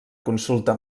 consulta